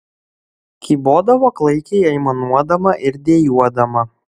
kybodavo klaikiai aimanuodama ir dejuodama